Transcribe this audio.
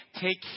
Take